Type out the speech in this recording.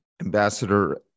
Ambassador